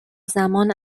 زمان